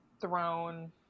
throne